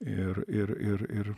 ir ir ir ir